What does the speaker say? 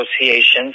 associations